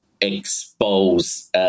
expose